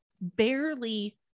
barely